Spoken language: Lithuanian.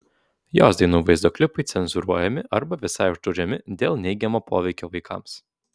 jos dainų vaizdo klipai cenzūruojami arba visai uždraudžiami dėl neigiamo poveikio vaikams